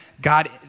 God